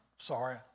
Sorry